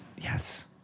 Yes